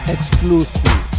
Exclusive